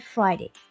Friday 。